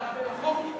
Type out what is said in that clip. אפשר שאלה תוך כדי?